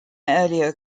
earlier